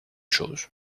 chose